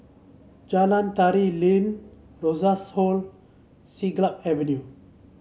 Jalan Tari Lilin Rosas Hall Siglap Avenue